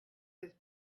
his